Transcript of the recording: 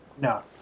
No